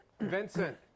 Vincent